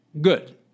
good